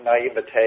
naivete